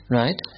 right